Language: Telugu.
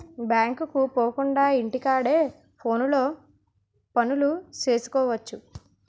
బ్యాంకుకు పోకుండా ఇంటి కాడే ఫోనులో పనులు సేసుకువచ్చు